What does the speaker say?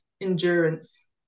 endurance